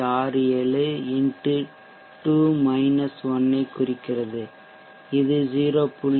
67 x 2 - 1 ஐ குறிக்கிறது இது 0